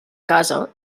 casa